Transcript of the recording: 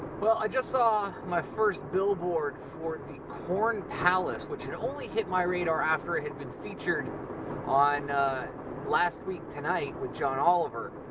well i just saw my first billboard for the corn palace which had only hit my radar after it had been featured on last week tonight with john oliver.